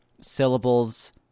syllables